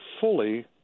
fully